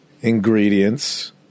ingredients